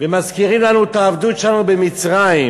ומזכירים לנו את העבדות שלנו במצרים,